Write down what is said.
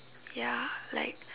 ya like